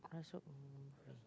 Rasuk-The-Movie